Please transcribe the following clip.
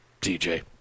TJ